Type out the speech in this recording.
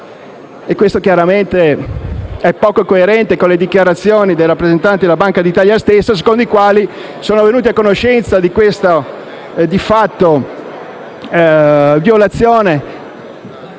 e questo, chiaramente, è poco coerente con le dichiarazioni dei rappresentanti della Banca d'Italia stessi che sarebbero venuti a conoscenza di questa di fatto violazione